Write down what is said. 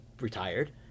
retired